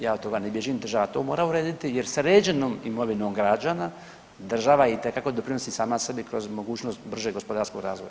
Ja od toga ne bježim, država to mora urediti jer sređenom imovinom građana država itekako doprinosi sama sebi kroz mogućnost bržeg gospodarskog razvoja.